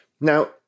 Now